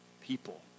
people